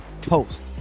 Post